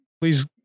please